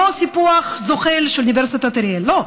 לא סיפוח זוחל של אוניברסיטת אריאל, לא,